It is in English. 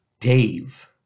Dave